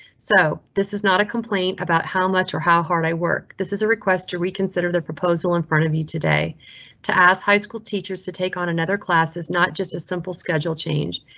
so this is not a complaint about how much or how hard i work. this is a request to reconsider the proposal in front of you today to ask high school teachers to take on another class is not just a simple schedule change.